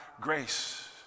grace